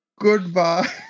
Goodbye